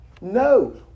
No